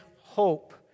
hope